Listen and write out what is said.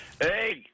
Hey